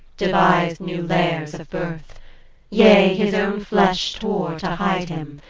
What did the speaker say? devised new lairs of birth yea, his own flesh tore to hide him,